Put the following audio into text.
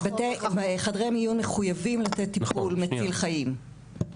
חדרי מיון מחויבים לתת טיפול מציל חיים,